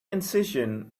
incision